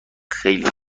خیلی